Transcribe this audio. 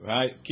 Right